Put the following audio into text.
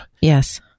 Yes